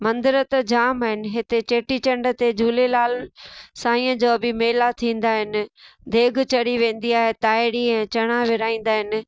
मंदर त जाम आहिनि हिते चेटीचंड ते झूलेलाल साईंअ जा बि मेला थींदा आहिनि देॻि चढ़ी वेंदी आहे तांहिरी ऐं चणा विरिहाईंदा आहिनि